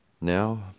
Now